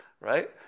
right